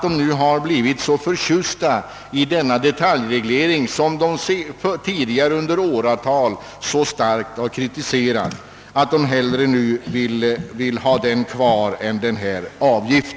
De har blivit så förtjusta i denna detaljreglering som de tidigare under åratal så starkt kritiserat, att de nu hellre vill ha den kvar än acceptera denna avgift.